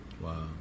Wow